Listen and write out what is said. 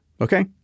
okay